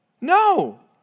no